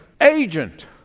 agent